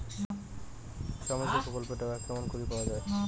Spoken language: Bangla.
সামাজিক প্রকল্পের টাকা কেমন করি পাওয়া যায়?